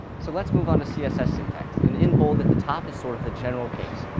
so let's move on to css syntax, and in bold at the top is sort of the general case.